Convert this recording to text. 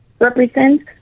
represents